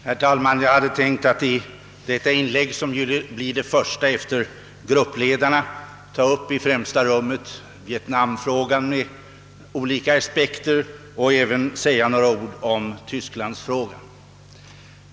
Herr talman! Jag hade tänkt att i detta inlägg, som ju blir det första efter gruppledarnas, i främsta rummet ta upp vietnamfrågan ur olika aspekter och även säga några ord om tysklandsfrågan.